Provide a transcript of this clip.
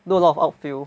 do a lot of outfield